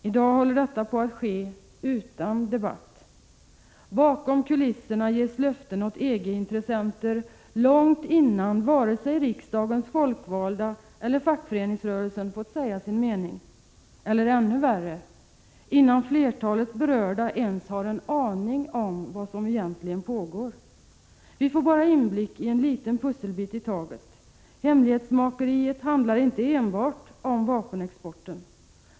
I dag håller detta på att ske utan debatt. Bakom kulisserna ges löften åt EG-intressenter långt innan vare sig riksdagens folkvalda eller fackföreningsrörelsen fått säga sin mening eller — ännu värre — innan flertalet berörda ens har en aning om vad som egentligen pågår. Vi får bara inblick i en liten pusselbit i taget. Hemlighetsmakeriet handlar inte enbart om vapenexporten.